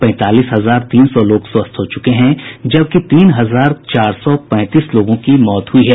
पैंतालीस हजार तीन सौ लोग स्वस्थ हो चुके हैं जबकि तीन हजार चार सौ पैंतीस लोगों की मौत हुई है